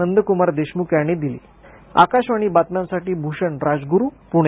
नंदकुमार देशमुख यांनी दिली आकाशवाणी बातम्यांसाठी भुषण राजगुरू पुणे